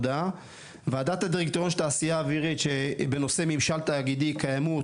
ועדת הדירקטוריון של תעשיה אווירית בנושא ממשל תאגידי קיימות,